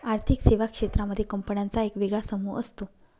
आर्थिक सेवा क्षेत्रांमध्ये कंपन्यांचा एक वेगळा समूह असतो